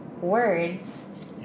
words